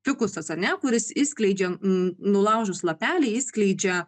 fikusas ar ne kuris išskleidžia nulaužus lapelį išskleidžia